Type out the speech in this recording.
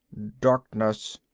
darkness.